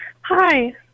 Hi